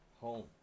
Home